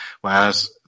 whereas